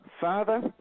Father